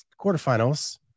quarterfinals